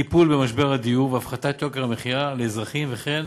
טיפול במשבר הדיור והפחתת יוקר המחיה לאזרחים, וכן